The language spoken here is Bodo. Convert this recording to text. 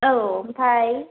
औ ओमफाय